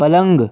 पलंग